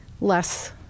less